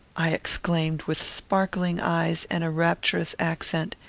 i exclaimed, with sparkling eyes and a rapturous accent,